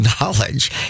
knowledge